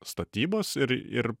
statybos ir ir